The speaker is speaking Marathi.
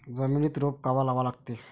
जमिनीत रोप कवा लागा लागते?